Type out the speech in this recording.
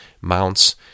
mounts